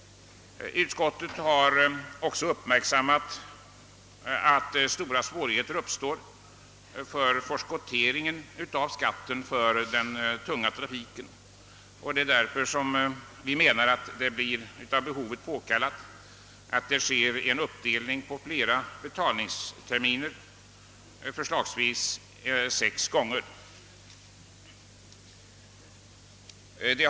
Utskottet har även uppmärksammat att stora svårigheter uppstår i fråga om förskotteringen av skatten för den tunga trafiken. Det är därför vi menar att det blir av behovet påkallat att göra en uppdelning på flera betalningsterminer, förslagsvis Sex stycken.